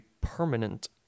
permanent